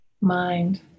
mind